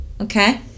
Okay